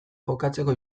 jokatzeko